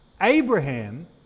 Abraham